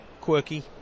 quirky